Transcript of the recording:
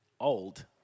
old